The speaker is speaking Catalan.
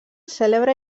cèlebre